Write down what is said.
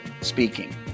speaking